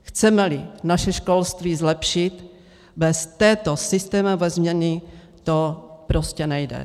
Chcemeli naše školství zlepšit, bez této systémové změny to prostě nejde.